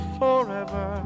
forever